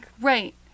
Right